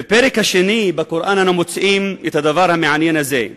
בפרק השני בקוראן אנו מוצאים את הדבר המעניין הזה: